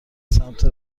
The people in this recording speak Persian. سمت